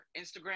Instagram